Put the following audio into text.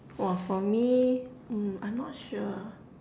!wah! for me mm I'm not sure